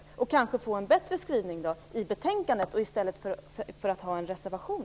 Då hade vi kanske fått en bättre skrivning i betänkandet i stället för en reservation.